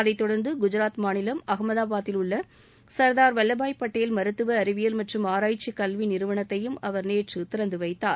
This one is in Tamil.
அதைத் தொடர்ந்து குஜராத் மாநிலம் அகமதாபாத்தில் உள்ள சர்தார் வல்லபாய் படேல் மருத்துவ அறிவியல் மற்றும் ஆராய்ச்சி கல்வி நிறுவனத்தையும் அவர் நேற்று திறந்து வைத்தார்